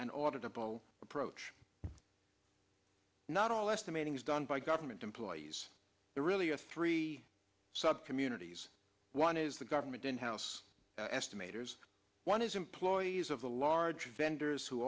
ought to blow approach not all estimating is done by government employees there really are three sub communities one is the government in house estimators one is employees of the large vendors who